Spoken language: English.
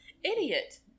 Idiot